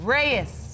Reyes